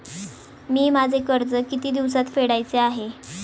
मी माझे कर्ज किती दिवसांत फेडायचे आहे?